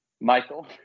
Michael